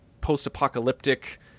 post-apocalyptic